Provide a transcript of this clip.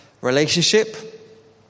relationship